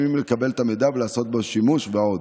לקבל את המידע ולעשות בו שימוש ועוד.